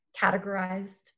categorized